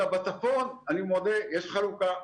בצפון אני מודה, יש חלוקה.